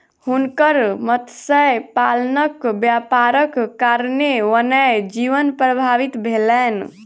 हुनकर मत्स्य पालनक व्यापारक कारणेँ वन्य जीवन प्रभावित भेलैन